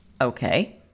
okay